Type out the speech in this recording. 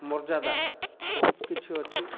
ମର୍ଯ୍ୟାଦା ବହୁତ କିଛି ଅଛି